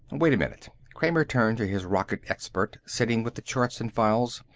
wait a minute. kramer turned to his rocket expert, sitting with the charts and files.